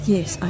Yes